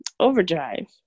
Overdrive